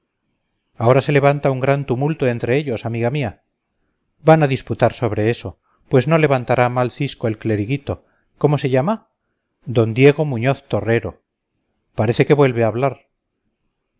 ahora se levanta gran tumulto entre ellos amiga mía van a disputar sobre eso pues no levantará mal cisco el cleriguito cómo se llama d diego muñoz torrero parece que vuelve a hablar